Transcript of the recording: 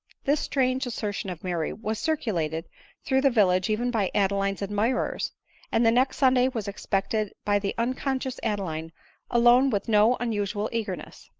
this strange assertion of mary was circulated through the village even by adeline's admirers and the next sunday was expected by the unconscious adeline alone with no unusual eagerness.